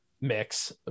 mix